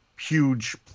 huge